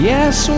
Yes